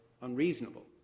unreasonable